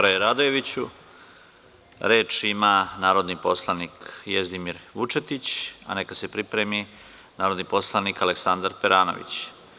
Reč ima narodni poslanik Jezdimir Vučetić, a neka se pripremi narodni poslanik Aleksandar Peranović.